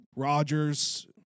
Rodgers